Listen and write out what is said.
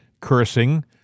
cursing